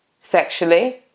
sexually